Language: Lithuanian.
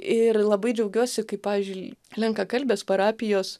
ir labai džiaugiuosi kaip pavyzdžiui lenkakalbės parapijos